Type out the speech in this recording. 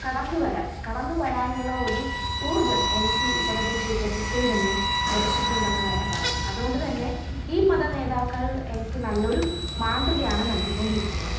കടന്നു വരാൻ കടന്നു വരാനുള്ള ഒരു ഊർജം എനിക്ക് ഇവരുടെ ജീവിതത്തിൽ നിന്ന് ലഭിച്ചിട്ടുണ്ടെന്നു തന്നെ പറയാം അതു കൊണ്ടു തന്നെ ഈ മതനേതാക്കൾ എനിക്ക് നല്ലൊരു മാതൃകയാണ് നൽകിക്കൊണ്ടിരിക്കുന്നത്